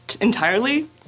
entirely